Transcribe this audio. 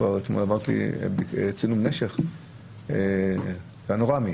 עברתי צילום נשך פנורמי.